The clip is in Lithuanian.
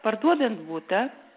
parduodant butą